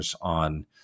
on